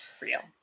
real